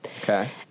Okay